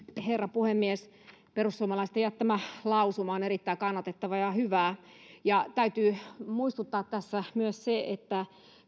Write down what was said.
herra puhemies perusuomalaisten jättämä lausuma on erittäin kannatettava ja hyvä täytyy muistuttaa tässä myös että